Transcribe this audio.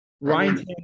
Ryan